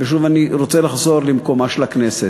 ושוב אני רוצה לחזור למקומה של הכנסת.